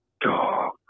Dog